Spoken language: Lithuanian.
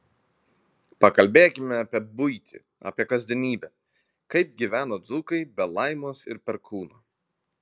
pakalbėkime apie buitį apie kasdienybę kaip gyveno dzūkai be laimos ir perkūno